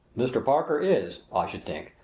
mr. parker is, i should think,